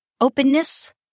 openness